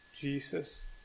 Jesus